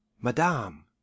madame